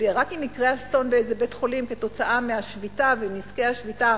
רק אם יקרה אסון באיזה בית-חולים כתוצאה מהשביתה ונזקי השביתה,